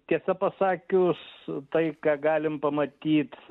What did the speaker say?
tiesą pasakius tai ką galim pamatyt